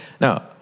Now